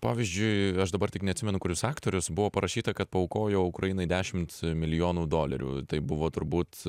pavyzdžiui aš dabar tik neatsimenu kuris aktorius buvo parašyta kad paaukojo ukrainai dešimt milijonų dolerių tai buvo turbūt